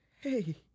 Hey